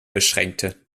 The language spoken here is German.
beschränkte